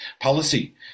policy